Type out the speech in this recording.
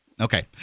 Okay